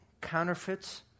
counterfeits